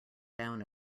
down